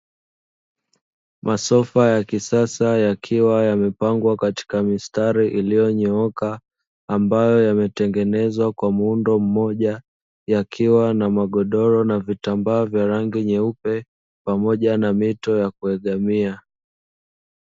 Masofa ya kisasa yakiwa yamepangwa katika mistari iliyonyooka, ambayo yametengenezwa kwa muundo mmoja yakiwa na magodoro na vitambaa vya rangi nyeupe pamoja na mito ya kuegemea.